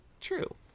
true